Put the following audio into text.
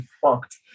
fucked